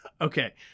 Okay